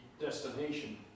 destination